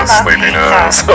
sleepiness